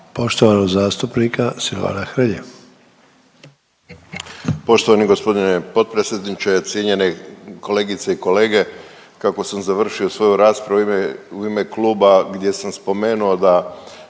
Silvano (Nezavisni)** Poštovani g. potpredsjedniče, cijenjene kolegice i kolege, kako sam završio svoju raspravu u ime kluba, gdje sam spomenuo da